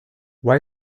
why